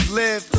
live